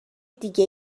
دیگه